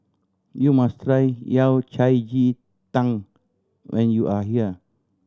you must try Yao Cai ji tang when you are here